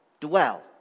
dwell